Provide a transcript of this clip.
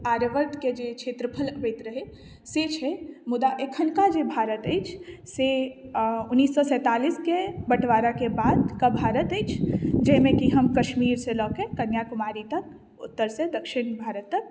आर्यवर्तके जे क्षेत्रफल अबैत रहैत से छै मुदा एखुनका जे भारत अछि से उन्नैस सए सैंतालिसके बँटवाराके बादके भारत अछि जाहिमे कि हम कश्मीरसँ लऽ कऽ कन्याकुमारी तक उत्तरसँ दक्षिण भारत तक